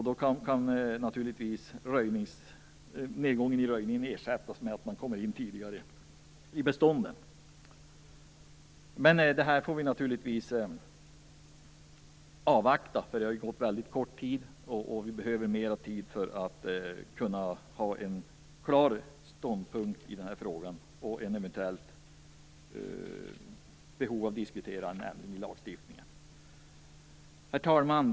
Då kan naturligtvis nedgången i röjning ersättas av att man kommer in i bestånden tidigare. Vi får lov att avvakta den här frågan, eftersom det ännu har gått en väldigt kort tid och vi behöver mer tid för att kunna bilda oss en klar ståndpunkt i frågan och för att eventuellt diskutera en ändring av lagstiftningen. Herr talman!